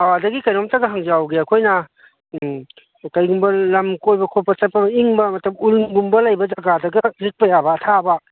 ꯑꯥ ꯑꯗꯒꯤ ꯀꯩꯅꯣꯝꯇꯒ ꯍꯪꯖꯍꯧꯒꯦ ꯑꯩꯈꯣꯏꯅ ꯀꯩꯒꯨꯝꯕ ꯂꯝ ꯀꯣꯏꯕ ꯈꯣꯠꯄ ꯆꯠꯄ ꯏꯪꯕ ꯃꯇꯝ ꯎꯟꯒꯨꯝꯕ ꯂꯩꯕ ꯖꯒꯥꯗꯒ ꯂꯤꯠꯄ ꯌꯥꯕ ꯑꯊꯥꯕ